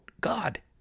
God